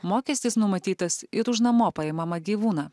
mokestis numatytas ir už namo paimamą gyvūną